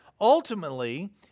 Ultimately